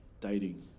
dating